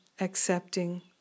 Accepting